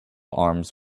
arms